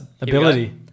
ability